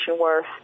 worse